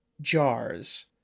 jars